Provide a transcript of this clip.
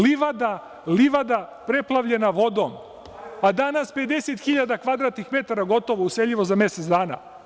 Livada preplavljena vodom, a danas 50.000 kvadratnih metara gotovo useljivo za mesec dana.